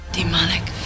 Demonic